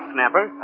Snapper